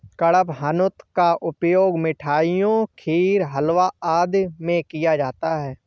कडपहनुत का उपयोग मिठाइयों खीर हलवा इत्यादि में किया जाता है